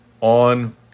on